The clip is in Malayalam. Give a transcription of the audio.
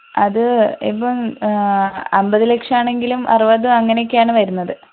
അത് ഇപ്പം അമ്പത് ലക്ഷമാണെങ്കിലും അറുപത് അങ്ങനെയൊക്കെയാണ് വരുന്നത്